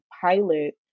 pilot